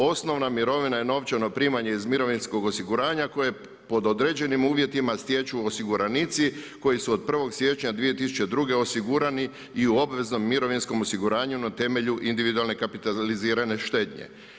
Osnovna mirovina je novčano primanje iz mirovinskog osiguranja koje pod određenim uvjetima stječu osiguranici koji su od 1. siječnja 2002. osigurani i u obveznom mirovinskom osiguranju na temelju individualne kapitalizirane štednje.